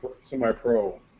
semi-pro